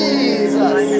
Jesus